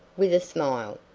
with a smile.